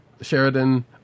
Sheridan